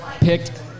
picked